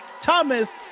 Thomas